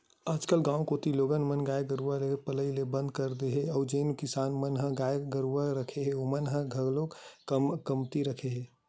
आजकल गाँव कोती लोगन मन गाय गरुवा के पलई ल बंद कर दे हे अउ जेन किसान मन ह गाय गरुवा रखे हे ओमन ह घलोक कमती रखे हे